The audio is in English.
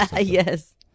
Yes